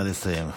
נא לסיים.